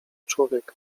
człowiek